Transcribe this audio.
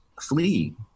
flee